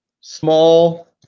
small